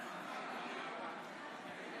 תודה רבה לך, אדוני